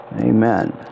Amen